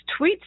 tweets